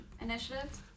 initiatives